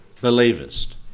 believest